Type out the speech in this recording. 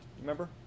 Remember